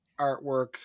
artwork